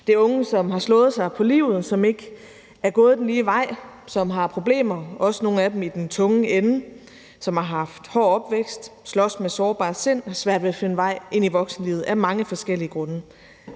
er unge, som har slået sig på livet, som ikke er gået den lige vej, som har problemer, også nogle af dem i den tunge ende, som har haft en hård opvækst, og som slås med et sårbart sind og har svært ved at finde vej ind i voksenlivet af mange forskellige grunde.